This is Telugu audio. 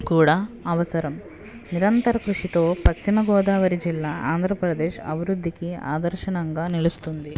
కూడా అవసరం నిరంతర కృషితో పశ్చిమగోదావరి జిల్లా ఆంధ్రప్రదేశ్ అభివృద్ధికి ఆదర్శంగా నిలుస్తుంది